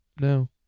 No